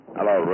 Hello